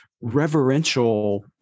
reverential